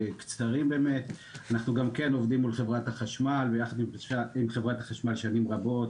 אנחנו גם עובדים מול חברת החשמל ויחד אתה שנים רבות.